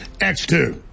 X2